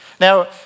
Now